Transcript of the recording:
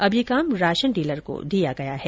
अब यह काम राशन डीलर को दिया गया है